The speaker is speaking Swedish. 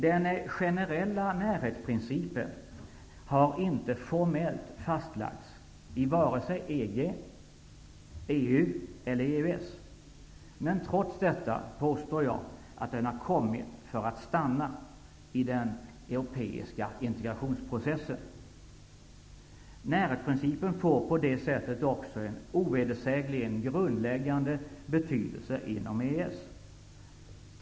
Den generella närhetsprincipen har inte formellt fastlagts i vare sig EG, EU eller EES, men trots detta har den kommit för att stanna i den europeiska integrationsprocessen. Närhetsprincipen får på det sättet ovedersägligen en grundläggande betydelse inom EES.